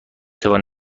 توانم